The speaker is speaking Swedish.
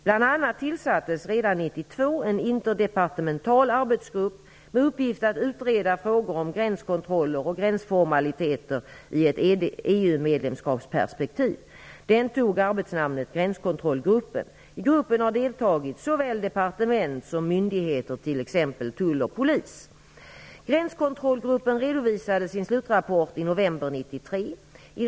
Bl.a. tillsattes redan år 1992 en interdeparternental arbetsgrupp med uppgift att utreda frågor om gränskontroller och gränsformaliteter i ett BU-medlemskapsperspektiv. Den tog arbetsnamnet Gränskontrollgruppen. I gruppen har deltagit såväl departement som myndigheter, t.ex. tull och polis. Gränskontrollgruppen redovisade sin slutrapport i november 1993.